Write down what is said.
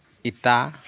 ইটা